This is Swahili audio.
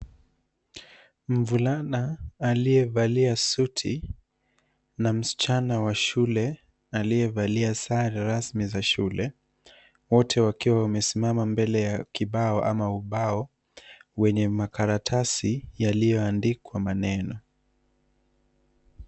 Mvulana aliyevalia suti na msichana wa shule aliyevalia sare rasmi za shule, wote wakiwa wamesimama mbele ya kibao au ubao wenye makaratasi yaliyoandikwa maneno.